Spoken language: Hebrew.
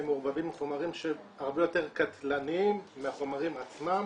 הם מעורבבים עם חומרים הרבה יותר קטלניים מהחומרים עצמם